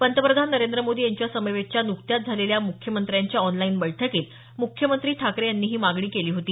पंतप्रधान नरेंद्र मोदी यांच्या समवेतच्या नुकत्याच झालेल्या मुख्यमंत्र्याच्या ऑनलाइन बैठकीत मुख्यमंत्री ठाकरे यांनी ही मागणी केली होती